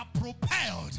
propelled